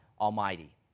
Almighty